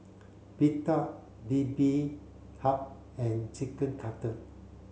Pita Bibimbap and Chicken Cutlet